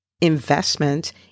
investment